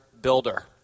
builder